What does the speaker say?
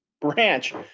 branch